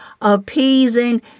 appeasing